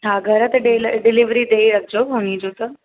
हा घर ते डेल डिलीवरी ॾेई रखिजो हुनजो त